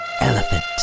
elephant